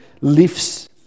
lifts